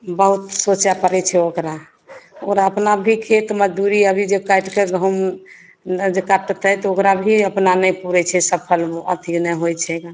बहुत सोचै पड़ै छै ओकरा ओकरा अपना भी खेत मजदूरी अभी जे काटिके गहूमले जे काटतै तऽ ओकरा भी अपना नहि पुरै छै फसिल हो अथी नहि होइ छै